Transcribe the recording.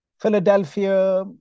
Philadelphia